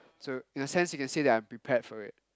so in a sense you can say that I am prepared for it